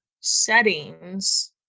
settings